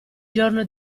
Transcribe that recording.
giorno